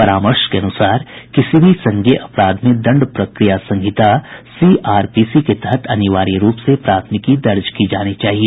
परामर्श के अनुसार किसी भी संज्ञेय अपराध में दण्ड प्रक्रिया संहिता सी आरपीसी के तहत अनिवार्य रूप से प्राथमिकी दर्ज की जानी चाहिए